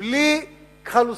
בלי כחל ושרק.